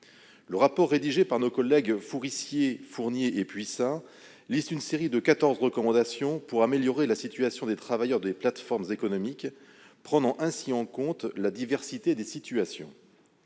Le rapport rédigé par mes collègues Forissier, Fournier et Puissat liste une série de quatorze recommandations pour améliorer la situation des travailleurs des plateformes économiques, prenant ainsi en compte la diversité des situations.